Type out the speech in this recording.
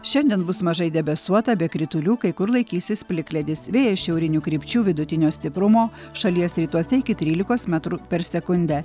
šiandien bus mažai debesuota be kritulių kai kur laikysis plikledis vėjas šiaurinių krypčių vidutinio stiprumo šalies rytuose iki trylikos metrų per sekundę